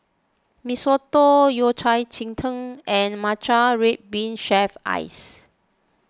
Mee Soto Yao Cai Ji Tang and Matcha Red Bean Shaved Ice